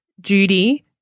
Judy